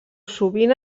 sovint